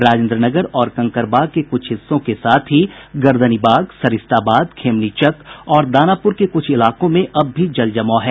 राजेन्द्र नगर और कंकड़बाग के कुछ हिस्सों के साथ ही गर्दनीबाग सरिस्ताबाद खेमनीचक और दानापुर के कुछ इलाकों में अब भी जल जमाव है